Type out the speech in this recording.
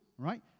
Right